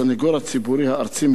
הסניגור הציבורי הארצי,